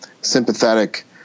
sympathetic